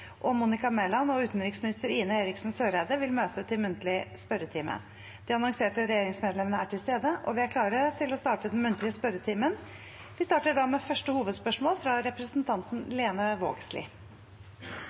og Monica Mæland og utenriksminister Ine Eriksen Søreide vil møte til muntlig spørretime. De annonserte regjeringsmedlemmene er til stede, og vi er klare til å starte den muntlige spørretimen. Vi starter da med første hovedspørsmål, fra representanten